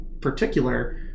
particular